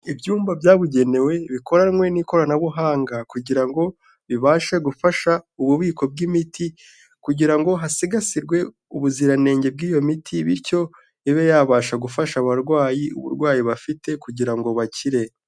Ibyumba byabugenewe bikoranywe n'ikoranabuhanga, kugira ngo bibashe gufasha ububiko bw'imiti, kugira ngo hasigasirwe ubuziranenge bw'iyo miti bityo ibe yabasha gufasha abarwayi uburwayi bafite kugira ngo bakire.